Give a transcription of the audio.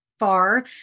far